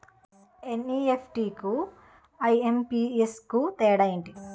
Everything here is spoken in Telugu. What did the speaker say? ఎన్.ఈ.ఎఫ్.టి కు ఐ.ఎం.పి.ఎస్ కు తేడా ఎంటి?